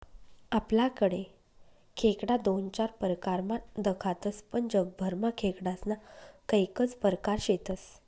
आपलाकडे खेकडा दोन चार परकारमा दखातस पण जगभरमा खेकडास्ना कैकज परकार शेतस